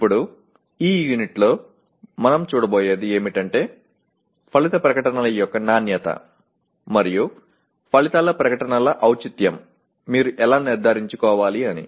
ఇప్పుడు ఈ యూనిట్లో మనం చూడబోయేది ఏమిటంటే ఫలిత ప్రకటనల యొక్క నాణ్యత మరియు ఫలితాల ప్రకటనల ఔచిత్యం మీరు ఎలా నిర్ధారించుకోవాలి అని